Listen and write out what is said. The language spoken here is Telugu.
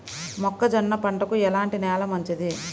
మొక్క జొన్న పంటకు ఎలాంటి నేల మంచిది?